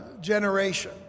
generation